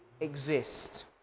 exist